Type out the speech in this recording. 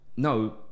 No